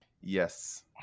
yes